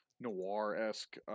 noir-esque